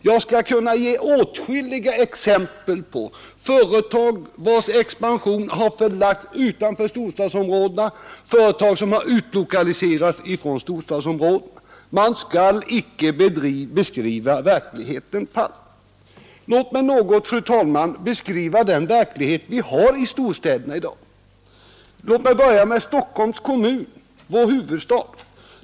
Jag kan ge åtskilliga exempel på företag vilkas expansion förlagts utanför storstadsområdena, företag som har utlokaliserats från storstadsområdena. Man skall inte beskriva verkligheten falskt. Låt mig, fru talman, något beskriva den verklighet som vi har i storstäderna i dag. Jag skall börja med Stockholms kommun, vår huvudstad.